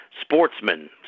sportsmen